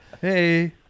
Hey